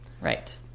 Right